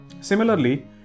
Similarly